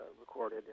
recorded